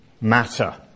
matter